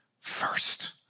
first